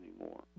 anymore